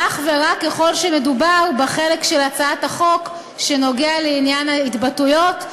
ואך ורק ככל שמדובר בחלק של הצעת החוק שנוגע לעניין ההתבטאויות,